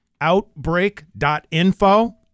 Outbreak.info